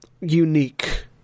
unique